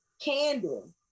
candle